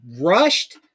rushed